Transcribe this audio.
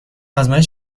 آزمایش